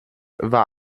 war